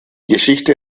geschichte